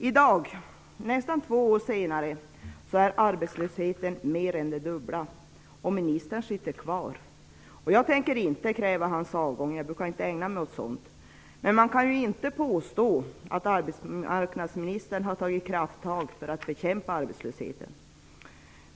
I dag, nästan två år senare, är arbetslösheten mer än det dubbla, och ministern sitter kvar -- och jag tänker inte kräva hans avgång; jag brukar inte ägna mig åt sådant. Men man kan då inte påstå att arbetsmarknadsministern har tagit krafttag för att bekämpa arbetslösheten.